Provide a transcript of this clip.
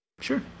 Sure